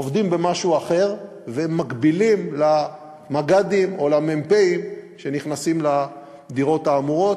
עובדים במשהו אחר ומקבילים למג"דים או למ"פים שנכנסים לדירות האמורות.